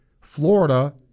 Florida